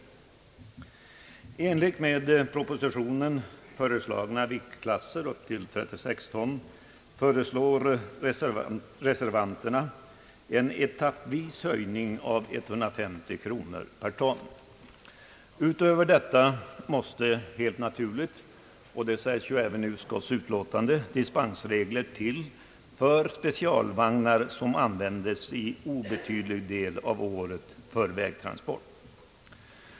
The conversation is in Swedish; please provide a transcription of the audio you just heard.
I enlighet med i propositionen föreslagna viktklasser föreslår reservanterna en höjning etappvis av 150 kronor per ton för fordon upp till 36 ton. Utöver detta måste helt naturligt — och det sägs även i utskottets betänkande — dispensregler till för specialvagnar som under obetydlig del av året används för vägtransport.